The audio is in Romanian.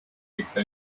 există